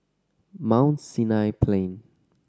Mount Sinai Plain